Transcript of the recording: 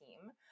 team